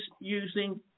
using